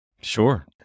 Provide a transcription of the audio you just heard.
Sure